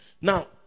now